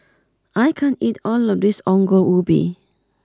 I can't eat all of this Ongol Ubi